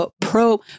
pro